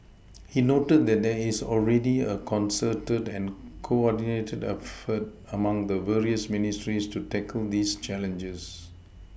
he noted that there is already a concerted and coordinated effort among the various ministries to tackle these challenges